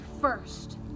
first